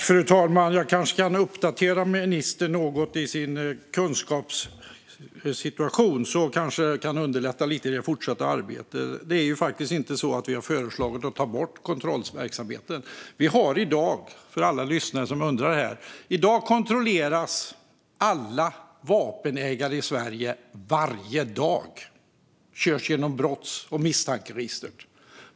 Fru talman! Jag kanske kan uppdatera ministerns kunskapssituation något - det kanske kan underlätta lite i det fortsatta arbetet. Vi har faktiskt inte föreslagit att kontrollverksamheten ska tas bort. För alla lyssnare som undrar: I dag kontrolleras alla vapenägare i Sverige varje dag. De körs genom brotts och misstankeregistret.